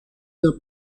the